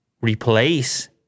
replace